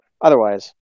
Otherwise